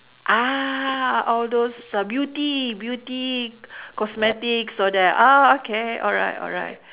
ah all those uh beauty beauty cosmetics all that ah okay alright alright